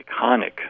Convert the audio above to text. iconic